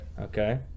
Okay